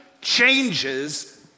changes